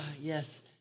yes